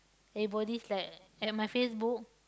everybody is like at my Facebook